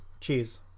Cheers